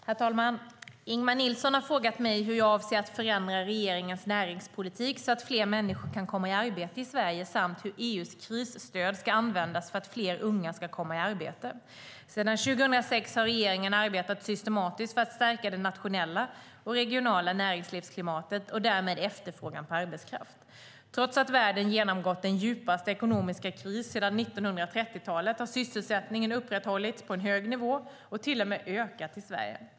Herr talman! Ingemar Nilsson har frågat mig hur jag avser att förändra regeringens näringspolitik så att fler människor kan komma i arbete i Sverige samt hur EU:s krisstöd ska användas för att fler unga ska komma i arbete. Sedan 2006 har regeringen arbetat systematiskt för att stärka det nationella och regionala näringsklimatet och därmed efterfrågan på arbetskraft. Trots att världen genomgått den djupaste ekonomiska krisen sedan 1930-talet har sysselsättningen upprätthållits på en hög nivå och till och med ökat i Sverige.